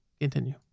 Continue